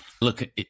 Look